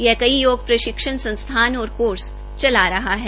यह कई योग प्रशिक्षण संस्थान और कोर्स चला रहा है